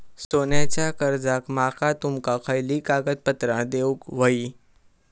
सोन्याच्या कर्जाक माका तुमका खयली कागदपत्रा देऊक व्हयी?